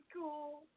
cool